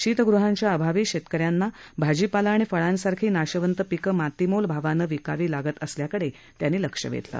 शीतगृहांच्या अभावी शेतकऱ्यांना भाजीपाला आणि फळांसारखी नाशवंत पिकं मातीमोल भावानं विकावी लागत असल्याकडे त्यांनी लक्ष वेधलं